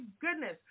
goodness